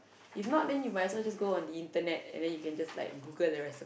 if not you then you might as well go on the internet then you can just Google the recipes